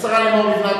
השרה לימור לבנת